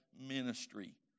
ministry